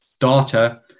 data